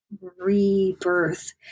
rebirth